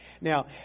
Now